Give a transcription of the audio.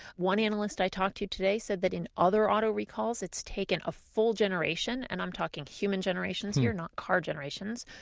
one analyst i talked to today said that in other auto recalls it's taken a full generation, and i'm talking human generations here, not car generations,